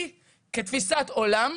לי כתפיסת עולם,